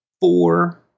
four